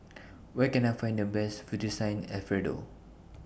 Where Can I Find The Best Fettuccine Alfredo